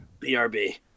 BRB